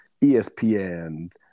espn